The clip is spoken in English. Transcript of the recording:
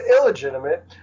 illegitimate